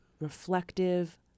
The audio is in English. reflective